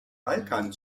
balkan